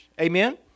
Amen